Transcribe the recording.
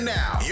now